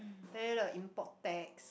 and then like import tax